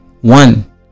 one